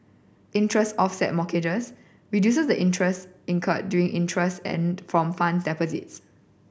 interest offset mortgages reduces the interest incurred during interest earned from funds deposited